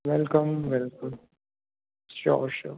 welcome welcome sure sure